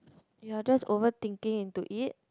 you're just overthinking into it